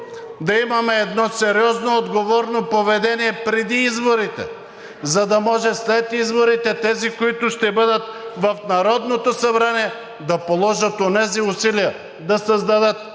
да имаме едно сериозно, отговорно поведение преди изборите, за да може след изборите тези, които ще бъдат в Народното събрание, да положат онези усилия да създадат,